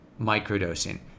microdosing